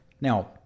Now